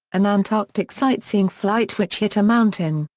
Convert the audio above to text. an antarctic sightseeing flight which hit a mountain,